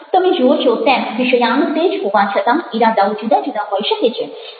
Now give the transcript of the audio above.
તમે જુઓ છો તેમ વિષયાંગ તે જ હોવા છતાં ઈરાદાઓ જુદા જુદા હોઈ શકે છે